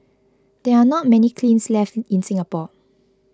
there are not many kilns left in Singapore